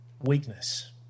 weakness